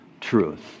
truth